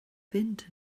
fynd